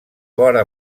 vora